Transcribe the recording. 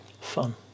fun